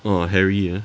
mm harry ah